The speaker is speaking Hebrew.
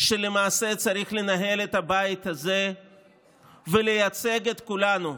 שלמעשה צריך לנהל את הבית הזה ולייצג את כולנו.